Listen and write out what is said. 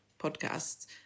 podcasts